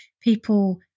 people